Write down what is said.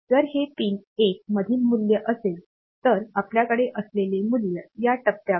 जर हे पिन 1 मधील मूल्य असेल तर आपल्याकडे असलेले मूल्य या टप्प्यावर point